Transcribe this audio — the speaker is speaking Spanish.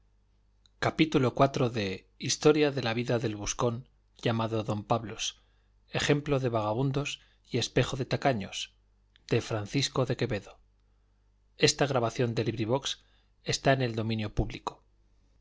gutenberg ebook historia historia de la vida del buscón llamado don pablos ejemplo de vagamundos y espejo de tacaños de francisco de quevedo y villegas libro primero capítulo i en que